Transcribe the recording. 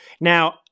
Now